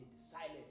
silent